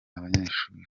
abanyeshuri